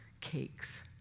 cakes